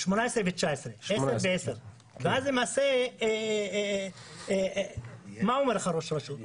2018-19. ואז, מה אומר לך ראש רשות?